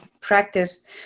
practice